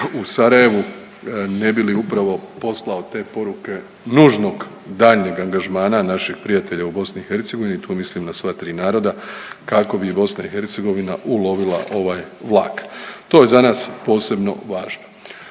u Sarajevu ne bi li upravo poslao te poruke nužnog daljnjeg angažmana našeg prijatelja u BiH, tu mislim na sva 3 naroda, kako bi BiH ulovila ovaj vlak, to je za nas posebno važno.